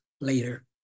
later